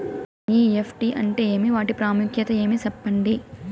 NEFT అంటే ఏమి వాటి ప్రాముఖ్యత ఏమి? సెప్పండి?